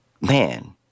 man